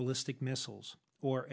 ballistic missiles or